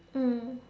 mm